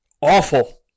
awful